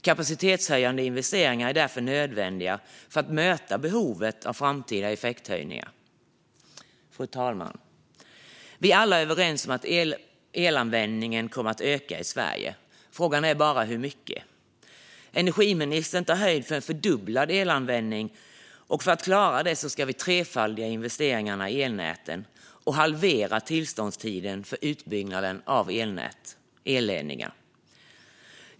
Kapacitetshöjande investeringar är därför nödvändiga för att möta behovet av framtida effekthöjningar. Fru talman! Vi är alla överens om att elanvändningen kommer att öka i Sverige. Frågan är bara hur mycket. Energiministern tar höjd för en fördubblad elanvändning, och för att klara detta ska vi trefaldiga investeringarna i elnäten och halvera tillståndstiden för utbyggnaden av elledningar.